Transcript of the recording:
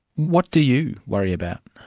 what do you worry about?